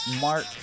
Mark